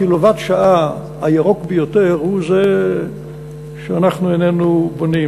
הקוט"ש הירוק ביותר הוא זה שאיננו בונים,